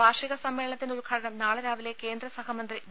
വാർഷിക സമ്മേളനത്തിന്റെ ഉദ്ഘാടനം നാളെ രാവിലെ കേന്ദ്ര സഹമന്ത്രി വി